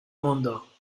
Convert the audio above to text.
mundo